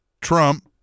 Trump